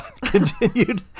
continued